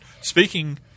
Speaking